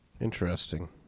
Interesting